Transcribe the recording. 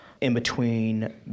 in-between